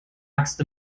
axt